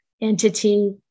entity